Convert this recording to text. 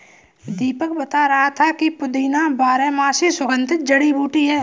दीपक बता रहा था कि पुदीना बारहमासी सुगंधित जड़ी बूटी है